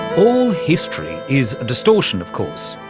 all history is a distortion, of course.